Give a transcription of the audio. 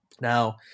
Now